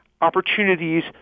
opportunities